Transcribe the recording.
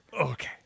Okay